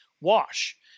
wash